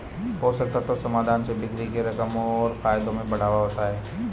पोषक तत्व समाधान से बिक्री के रकम और फायदों में बढ़ावा होता है